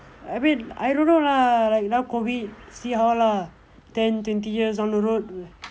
I mean I don't know lah like now COVID see how lah ten twenty years down the road